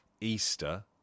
Easter